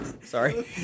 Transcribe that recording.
Sorry